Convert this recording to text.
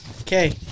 Okay